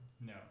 No